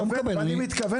מתפטר.